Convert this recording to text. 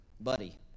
Buddy